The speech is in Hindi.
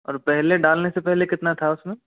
और पहले डालने से पहले कितना था उसमें